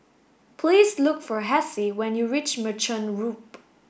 please look for Hessie when you reach Merchant Loop